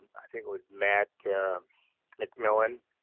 i think it was mack mcmillan.